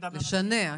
לשנע.